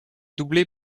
doublé